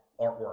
artwork